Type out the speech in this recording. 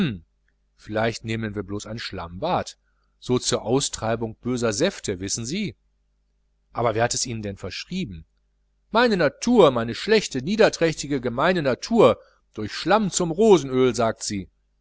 vielleicht nehmen wir blos ein schlammbad so zur austreibung böser säfte wissen sie aber wer hat es ihnen denn verschrieben meine natur meine schlechte niederträchtige gemeine natur durch schlamm zum rosenöl sagt sie